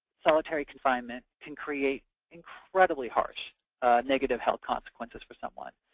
solitary confinement can create incredibly harsh negative heath consequences for someone.